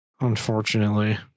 Unfortunately